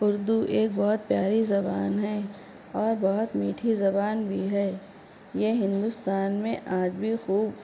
اردو ایک بہت پیاری زبان ہے اور بہت میٹھی زبان بھی ہے یہ ہندوستان میں آج بھی خوب